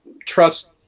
trust